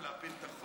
פנית,